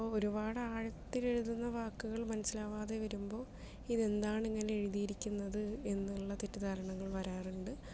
അപ്പോൾ ഒരുപാട് ആഴത്തിൽ എഴുതുന്ന വാക്കുകൾ മനസ്സിലാകാതെ വരുമ്പോൾ ഇതെന്താണ് ഇങ്ങനെ എഴുതിയിരിക്കുന്നത് എന്നുള്ള തെറ്റിദ്ധാരണകൾ വരാറുണ്ട്